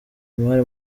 imari